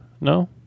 no